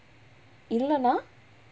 இல்லனா:illanaa